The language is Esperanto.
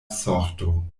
sorto